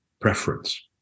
preference